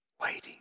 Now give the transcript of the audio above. Waiting